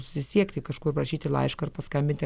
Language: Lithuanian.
susisiekti kažkur parašyti laišką ar paskambinti